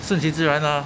顺其自然 ah